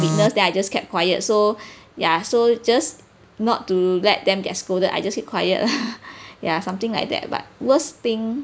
witness then I just kept quiet so ya so just not to let them get scolded I just keep quiet lah yah something like that but worst thing